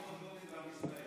בוסו.